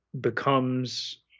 becomes